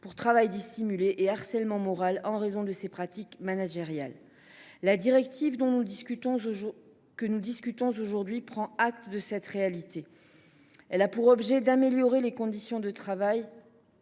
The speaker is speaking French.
pour travail dissimulé et harcèlement moral en raison de ses pratiques managériales. La directive qui est l’objet de la présente résolution prend acte de cette réalité. Elle a pour objet d’améliorer les conditions de travail